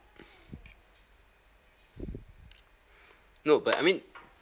no but I mean